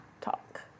talk